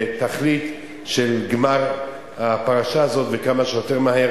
לתכלית של גמר הפרשה הזאת כמה שיותר מהר